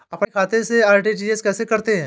अपने खाते से आर.टी.जी.एस कैसे करते हैं?